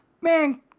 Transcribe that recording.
Man